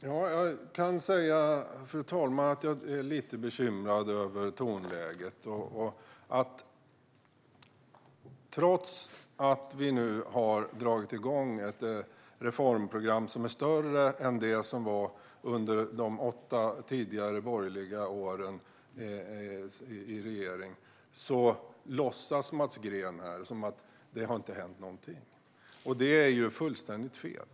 Fru talman! Jag kan säga att jag är lite bekymrad över tonläget. Trots att vi nu har dragit igång ett reformprogram som är större än under de åtta år då det var en borgerlig regering låtsas Mats Green som att det inte har hänt någonting. Det är fullständigt fel.